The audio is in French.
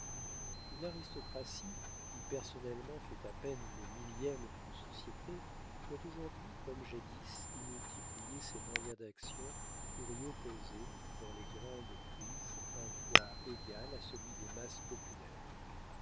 une aristocratie qui personnellement fait à peine le millième d'une société doit aujourd'hui comme jadis y multiplier ses moyens d'action pour y opposer dans les grandes crises un poids égal à celui des masses populaires